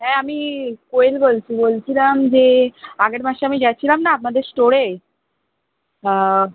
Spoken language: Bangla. হ্যাঁ আমি কোয়েল বলছি বলছিলাম যে আগের মাসে আমি যাচ্ছিলাম না আপনাদের স্টোরে